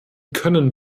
können